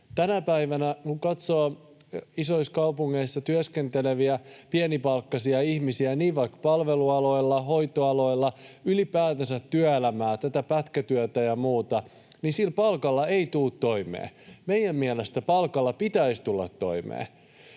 Tänä päivänä kun katsoo isoissa kaupungeissa työskenteleviä pienipalkkaisia ihmisiä vaikka palvelualoilla ja hoitoaloilla, ylipäätänsä työelämää, tätä pätkätyötä ja muuta, niin sillä palkalla ei tule toimeen. Meidän mielestämme palkalla pitäisi tulla toimeen,